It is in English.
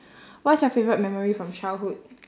what's your favourite memory from childhood